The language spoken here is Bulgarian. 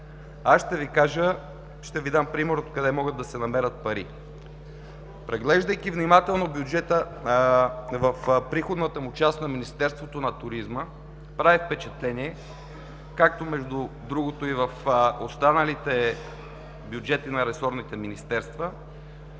аз ще Ви кажа, ще Ви дам пример откъде могат да се намерят пари. Преглеждайки внимателно бюджета в приходната му част на Министерството на туризма прави впечатление, както между другото и в останалите бюджети на ресорните министерства,